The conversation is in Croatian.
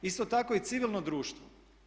Isto tako i civilno društvo.